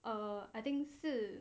err I think 是